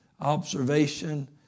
observation